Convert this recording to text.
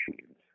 machines